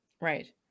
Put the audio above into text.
Right